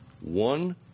one